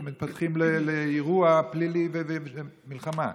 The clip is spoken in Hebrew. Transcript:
תנועה שמתפתחים לאירוע פלילי ומלחמה,